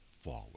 forward